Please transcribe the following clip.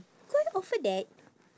koi offer that